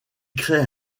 créent